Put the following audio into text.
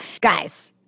guys